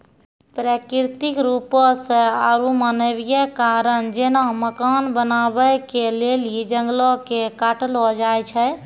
प्राकृतिक रुपो से आरु मानवीय कारण जेना मकान बनाबै के लेली जंगलो के काटलो जाय छै